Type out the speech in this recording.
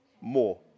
more